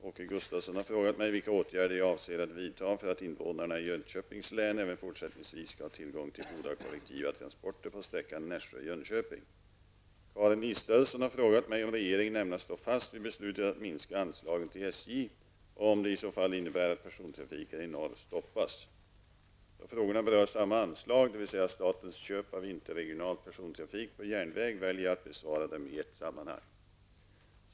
Åke Gustavsson har frågat mig vilka åtgärder jag avser vidta för att invånarna i Jönköpings län även fortsättningsvis skall ha tillgång till goda kollektiva transporter på sträckan Nässjö--Jönköping. Karin Israelsson har frågat mig om regeringen ämnar stå fast vid beslutet att minska anslagen till SJ och om det i så fall innebär att persontrafiken i norr stoppas. Då frågorna berör samma anslag, dvs. statens köp av interregional persontrafik på järnväg, väljer jag att besvara dem i ett sammanhang.